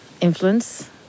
influence